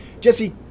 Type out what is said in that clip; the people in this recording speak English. Jesse